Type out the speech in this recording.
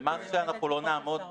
זה מס שאנחנו לא נעמוד בו.